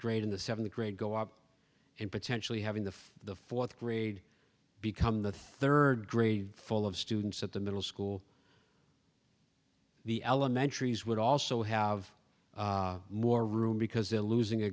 grade in the seventh grade go up and potentially having the the fourth grade become the third grade full of students at the middle school the elementary would also have more room because they're losing a